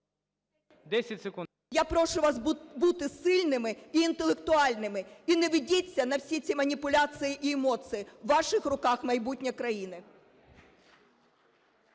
Я прошу вас бути сильними і інтелектуальними. І не ведіться на всі ці маніпуляції і емоції. В ваших руках – майбутнє країни.